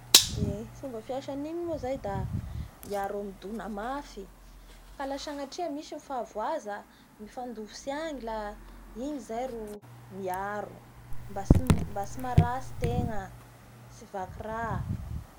Eee, ny fomba fiasan'igny moa zay da miaro amin'ny dona mafy ka la sagnatria misy ny fahavaoza mifandofitsy agny la, igny zay ro miaro mba tsy mba tsy maratsy tegna tsy vaky ra.